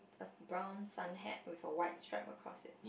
a brown sun hat with a white strap across it